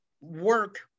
work